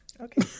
Okay